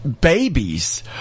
babies